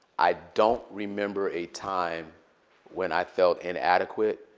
i don't remember a time when i felt inadequate.